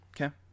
Okay